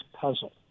puzzle